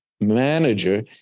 manager